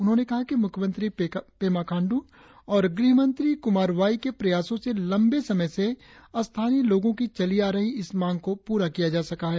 उन्होंने कहा कि मुख्यमंत्री पेमा खांडू और गृह मंत्री कुमार वाई के प्रयासों से लंबे समय से स्थानीय लोगों की चली आ रही इस मांग को पूरा किया जा सका है